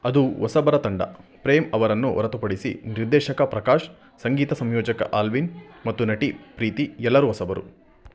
ಅದು ಹೊಸಬರ ತಂಡ ಪ್ರೇಮ್ ಅವರನ್ನು ಹೊರತುಪಡಿಸಿ ನಿರ್ದೇಶಕ ಪ್ರಕಾಶ್ ಸಂಗೀತ ಸಂಯೋಜಕ ಆಲ್ವಿನ್ ಮತ್ತು ನಟಿ ಪ್ರೀತಿ ಎಲ್ಲರೂ ಹೊಸಬರು